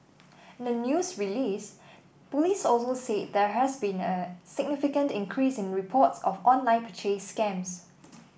in the news release police also said there has been a significant increase in reports of online purchase scams